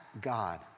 God